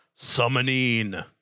summoning